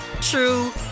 true